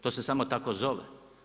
To se samo tako zove.